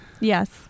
Yes